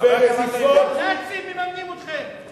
מממנים אתכם.